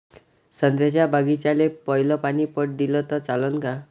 संत्र्याच्या बागीचाले पयलं पानी पट दिलं त चालन का?